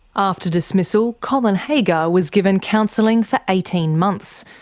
after dismissal, colin haggar was given counselling for eighteen months.